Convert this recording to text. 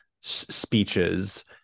speeches